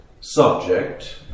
subject